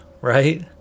right